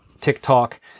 TikTok